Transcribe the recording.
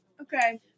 Okay